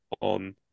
on